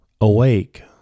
Awake